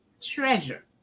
Treasure